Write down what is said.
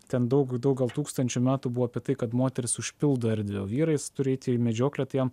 ten daug daug gal tūkstančių metų buvo apie tai kad moteris užpildo erdvę o vyrais turi eiti į medžioklę tai jam